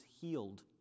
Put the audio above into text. healed